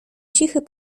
cichy